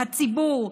הציבור,